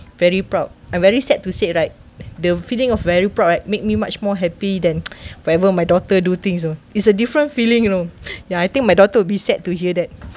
very proud and very sad to say right the feeling of very proud right made me much more happy than forever my daughter do things you know it's a different feeling you know ya I think my daughter will be sad to hear that